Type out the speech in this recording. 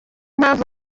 mpamvu